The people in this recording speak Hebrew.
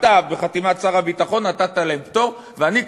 אתה בחתימת שר הביטחון נתת להם פטור ואני,